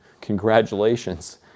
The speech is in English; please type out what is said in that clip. congratulations